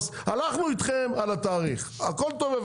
הלכנו אתכם על התאריך הכל טוב,